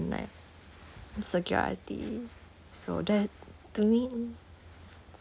like security so that to me